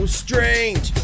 strange